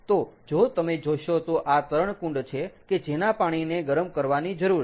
તો જો તમે જોશો તો આ તરણકુંડ છે કે જેના પાણીને ગરમ કરવાની જરૂર છે